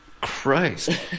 Christ